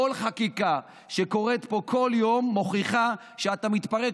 כל חקיקה שקורית פה כל יום מוכיחה שאתה מתפרק